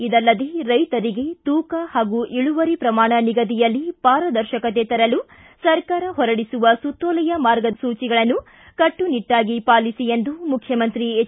ಇದಲ್ಲದೆ ರೈತರಿಗೆ ತೂಕ ಹಾಗೂ ಇಳುವರಿ ಪ್ರಮಾಣ ನಿಗದಿಯಲ್ಲಿ ಪಾರದರ್ಶಕತೆ ತರಲು ಸರ್ಕಾರ ಹೊರಡಿಸುವ ಸುತ್ತೋಲೆಯ ಮಾರ್ಗಸೂಚಿಗಳನ್ನು ಕಟ್ಟನಿಟ್ಟಾಗಿ ಪಾಲಿಸಿ ಎಂದು ಮುಖ್ಯಮಂತ್ರಿ ಎಚ್